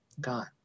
God